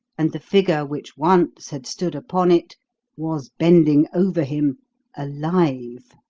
and the figure which once had stood upon it was bending over him alive!